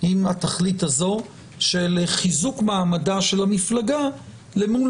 עם התכלית הזו של חיזוק מעמדה של המפלגה למול